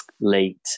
late